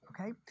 okay